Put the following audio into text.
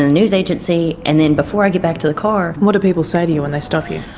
the newsagency, and then before i get back to the car. what do people say to you when they stop you?